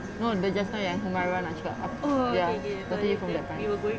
no the just now yang humairah nak cakap ya talking from that time